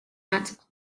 nut